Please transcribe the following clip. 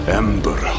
ember